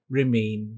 remain